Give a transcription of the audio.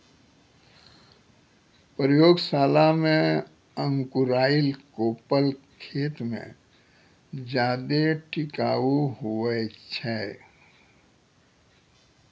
प्रयोगशाला मे अंकुराएल कोपल खेत मे ज्यादा टिकाऊ हुवै छै